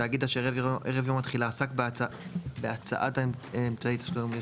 תאגיד אשר ערב יום התחילה עסק בהצעת אמצעי תשלום --"